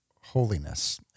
holiness